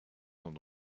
sont